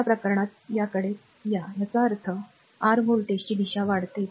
तर या प्रकरणात याकडे या याचा अर्थ आर व्होल्टेजची दिशा वाढते